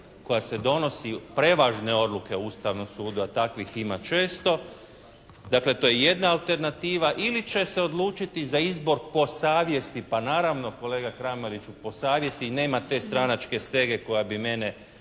koja se donosi, prevažne odluke Ustavnog suda, takvih ima često. Dakle, to je jedna alternativa. Ili će se odlučiti za izbor po savjesti. Pa naravno kolega Kramariću po savjesti. Nema te stranačke stege koja bi mene